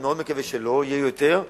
אני מאוד מקווה שלא יהיו יותר.